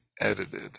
edited